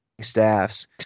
staffs